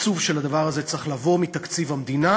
התקצוב של הדבר הזה צריך לבוא מתקציב המדינה,